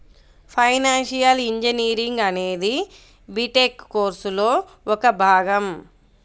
financial engineering అనేది BTech కోర్సులో ఒక భాగం